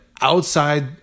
Outside